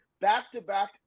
back-to-back